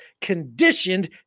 conditioned